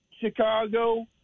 Chicago